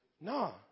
No